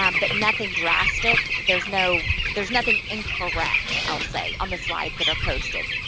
um but nothing drastic. there's no, there's nothing incorrect i'll say on the slides that are posted.